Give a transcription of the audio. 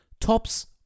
tops